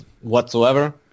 whatsoever